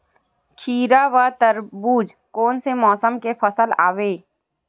खीरा व तरबुज कोन से मौसम के फसल आवेय?